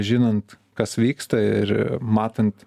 žinant kas vyksta ir matant